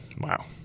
Wow